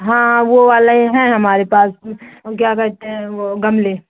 हाँ वो वाला ही हैं हमारे पास में उ क्या कहते हैं वो गमले